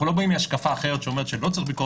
אנחנו לא באים מהשקפה אחרת שאומרת שלא צריך ביקורת